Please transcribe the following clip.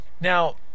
Now